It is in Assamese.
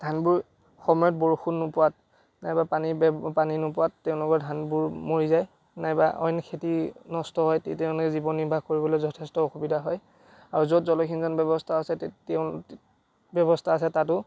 ধানবোৰ সময়ত বৰষুণ নোপোৱাত নাইবা পানী ব্য় পানী নোপোৱাত তেওঁলোকৰ ধানবোৰ মৰি যায় নাইবা অইন খেতি নষ্ট হয় তেতিয়া তেওঁলোকে জীৱন নিৰ্বাহ কৰিবলৈ যথেষ্ট অসুবিধা হয় আৰু য'ত জলসিঞ্চন ব্যৱস্থা আছে তে তেওঁ ব্যৱস্থা আছে তাতো